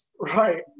Right